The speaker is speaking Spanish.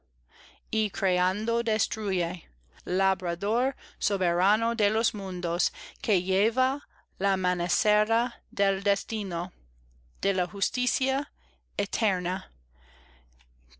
y creando destruye labrador soberano de los mundos que lleva la mancera del destino de la justicia eterna